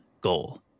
goal